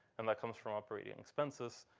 and that comes from operating expenses,